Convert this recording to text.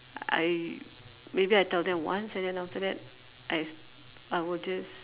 I maybe I tell them once and then after that I s~ I will just